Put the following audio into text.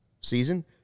season